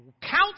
counts